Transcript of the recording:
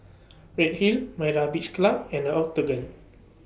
Redhill Myra's Beach Club and The Octagon